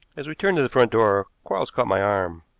as we turned to the front door quarles caught my arm.